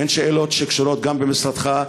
הן שאלות שקשורות גם במשרדך,